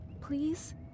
Please